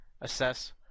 assess